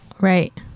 Right